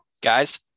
Guys